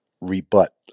rebut